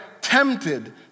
tempted